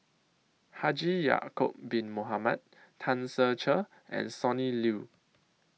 Haji Ya'Acob Bin Mohamed Tan Ser Cher and Sonny Liew